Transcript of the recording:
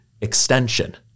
extension